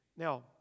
Now